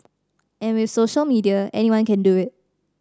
and with social media anyone can do it